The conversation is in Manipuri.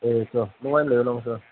ꯆꯣꯆꯣ ꯅꯨꯡꯉꯥꯏꯅ ꯂꯩꯔꯣ ꯅꯪꯁꯨ